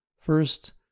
First